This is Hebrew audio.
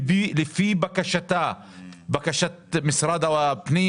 לפי בקשת משרד הפנים,